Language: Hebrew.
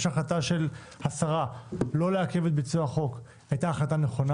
ההחלטה של השרה לא לעכב את ביצוע החוק הייתה החלטה נכונה.